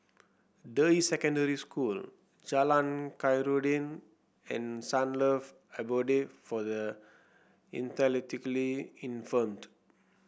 Deyi Secondary School Jalan Khairuddin and Sunlove Abode for the Intellectually Infirmed